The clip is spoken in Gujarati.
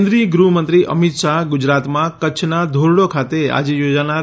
કેન્દ્રીય ગૃહમંત્રી અમિત શાહ ગુજરાતમાં કચ્છના ધોરડો ખાતે આજે યોજાનાર